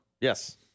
Yes